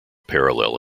parallel